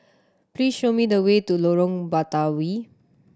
please show me the way to Lorong Batawi